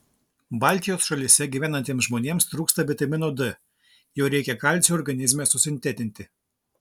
baltijos šalyse gyvenantiems žmonėms trūksta vitamino d jo reikia kalciui organizme susintetinti